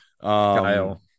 Kyle